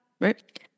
right